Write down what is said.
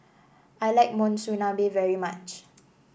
I like Monsunabe very much